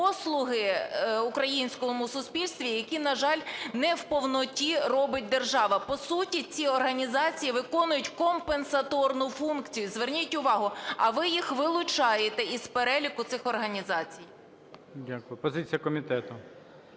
послуги в українському суспільстві, які, на жаль, не в повноті робить держава. По суті, ці організації виконують компенсаторну функцію, зверніть увагу, а ви їх вилучаєте із переліку цих організацій. ГОЛОВУЮЧИЙ. Дякую. Позиція комітету.